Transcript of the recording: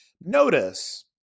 Notice